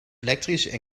elektrisch